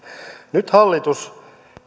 nyt hallitus